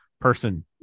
person